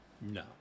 no